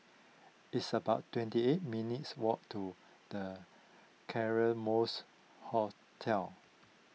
it's about twenty eight minutes' walk to the Claremonts Hotel